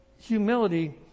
humility